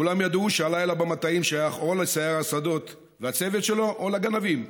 כולם ידעו שהלילה במטעים שייך או לסייר השדות והצוות שלו או לגנבים.